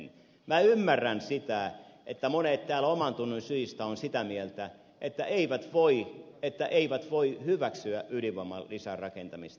minä ymmärrän sen että monet täällä omantunnon syistä ovat sitä mieltä että eivät voi hyväksyä ydinvoiman lisärakentamista